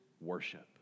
worship